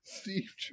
Steve